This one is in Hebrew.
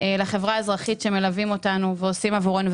לחברה האזרחית שמלווים אותנו ועושים עבורנו,